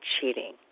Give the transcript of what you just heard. Cheating